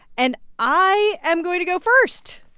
and i am going to go first.